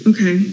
Okay